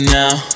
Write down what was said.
now